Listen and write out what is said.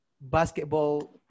Basketball